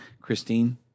Christine